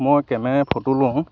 মই কেমেৰাই ফটো লওঁ